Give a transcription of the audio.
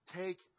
take